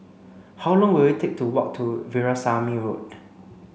how long will it take to walk to Veerasamy Road